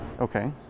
okay